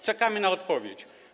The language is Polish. Czekamy na odpowiedź.